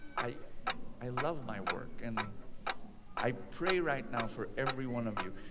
i i love my work and i pray right now for every one of you.